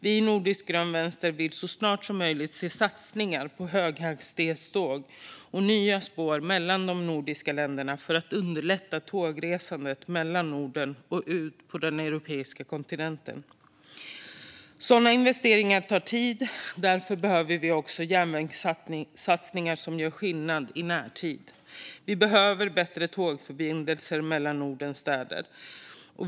Vi i Nordisk grön vänster vill så snart som möjligt se satsningar på höghastighetståg och nya spår mellan de nordiska länderna för att underlätta tågresandet inom Norden och ut på den europeiska kontinenten. Sådana investeringar tar dock tid, och därför behövs även järnvägssatsningar som gör skillnad i närtid. Det behövs bättre tågförbindelser mellan Nordens städer.